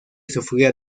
sufría